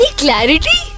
clarity